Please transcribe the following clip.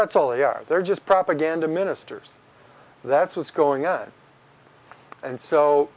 that's all they are they're just propaganda ministers that's what's going on and so